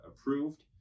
approved